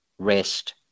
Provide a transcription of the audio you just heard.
rest